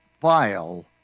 file